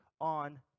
on